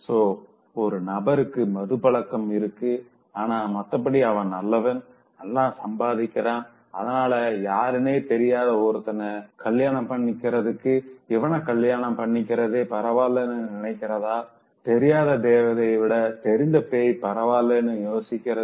so ஒரு நபருக்கு மது பழக்கம் இருக்கு ஆனா மத்தபடி அவன் நல்லவன் நல்லா சம்பாதிக்கிறான் அதனால யாருனே தெரியாத ஒருத்தன கல்யாணம் பண்ணிக்கரதுக்கு இவன கல்யாணம் பண்ணிக்கிறதே பரவால்லனு நினைக்கிறதுதா தெரியாத தேவதைய விட தெரிந்த பேய் பரவாயில்லைன்னு யோசிக்கிறது